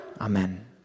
Amen